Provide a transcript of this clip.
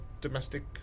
domestic